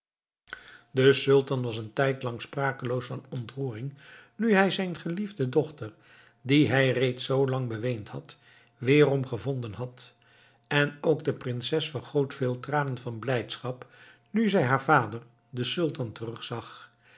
de sultan was een tijdlang sprakeloos van ontroering nu hij zijn geliefde dochter die hij reeds zoo lang beweend had weerom gevonden had en ook de prinses vergoot veel tranen van blijdschap nu zij haar vader den sultan terugzag